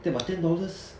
but ten dollars